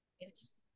yes